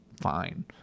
fine